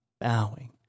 bowing